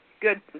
good